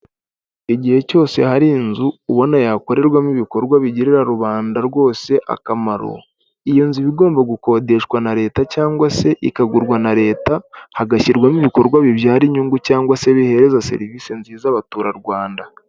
Igihe cyose hari inzu ubona yakorerwamo ibikorwa bigirira rubanda rwose akamaro iyo nzu iba igomba gukodeshwa na leta cyangwa se ikagurwa na leta hagashyirwamo ibikorwa bibyara inyungu cyangwa se bihereza serivisi nziza Abaturarwanda.